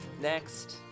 Next